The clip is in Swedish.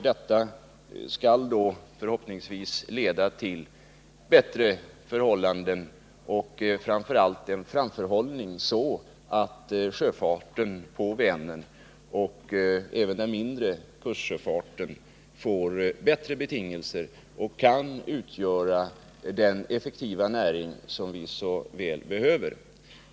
Detta skall då, hoppas jag, leda till bättre förhållanden och framför allt en framförhållning, så att sjöfarten på Vänern och även den mindre kustsjöfarten får bättre betingelser och därigenom kan utgöra den effektiva näring som vi så väl behöver.